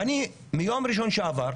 ואני מיום ראשון שעבר,